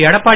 Edappadi